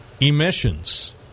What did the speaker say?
emissions